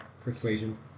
persuasion